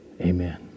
Amen